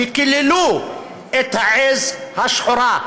וקיללו את העז השחורה,